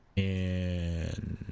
and